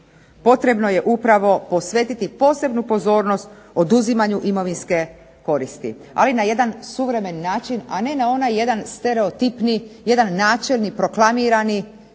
potrebno je upravo posvetiti posebnu pozornost oduzimanju imovinske koristi, ali na jedan suvremen način a ne na onaj jedan stereotipni, jedan načelni, proklamirani